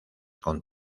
con